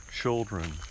children